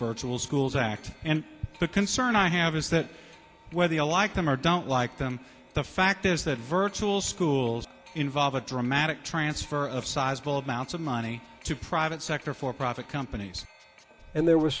virtual schools act and the concern i have is that whether you like them or don't like them the fact is that virtual schools involve a dramatic transfer of sizeable amounts of money to private sector for profit companies and there was